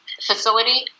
facility